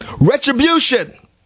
Retribution